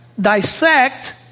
Dissect